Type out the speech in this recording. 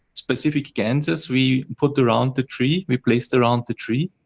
specific ganses we put around the tree, we placed around the tree.